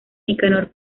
nicanor